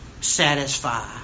satisfy